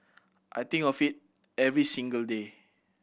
I think of it every single day